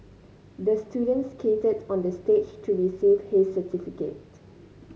the student skated on the stage to receive his certificate